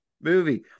movie